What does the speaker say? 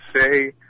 say